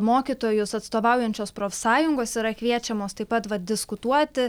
mokytojus atstovaujančios profsąjungos yra kviečiamos taip pat vat diskutuoti